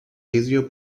vidrio